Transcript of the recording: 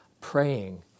praying